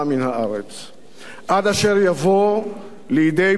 עד אשר יבוא לידי ביטוי קולו של הרוב,